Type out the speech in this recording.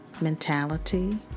mentality